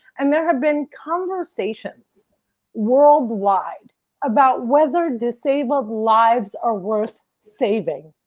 and there have been conversations world wide about whether disabled lives are worth saving.